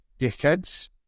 dickheads